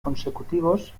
consecutivos